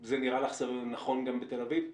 זה נראה לך נכון גם בתל אביב?